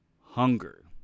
hunger